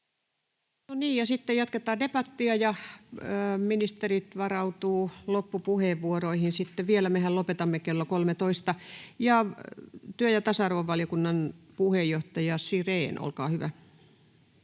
sitten jatketaan debattia, ja ministerit varautuvat loppupuheenvuoroihin sitten vielä. Mehän lopetamme kello 13. — Ja työ- ja tasa-arvovaliokunnan puheenjohtaja Sirén, olkaa hyvä.